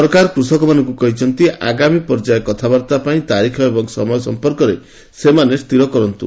ସରକାର କୃଷକମାନଙ୍କୁ କହିଛନ୍ତି ଆଗାମୀ ପର୍ଯ୍ୟାୟ କଥାବାର୍ତ୍ତାପାଇଁ ତାରିଖ ଏବଂ ସମୟ ସମ୍ପର୍କରେ ସେମାନେ ସ୍ଥିର କରନ୍ତୁ